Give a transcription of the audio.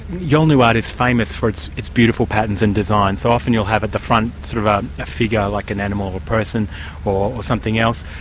yolngu art is famous for its its beautiful patterns and designs, so often you'll have at the front sort of um a figure, like an animal or person or something else,